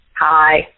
Hi